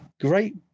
great